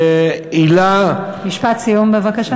עילה, משפט סיום, בבקשה.